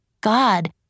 God